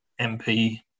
mp